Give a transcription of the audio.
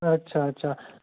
अच्छा अच्छा